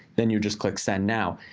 then you just click send now.